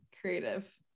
creative